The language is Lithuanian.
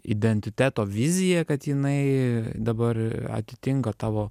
identiteto vizija kad jinai dabar atitinka tavo